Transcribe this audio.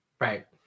Right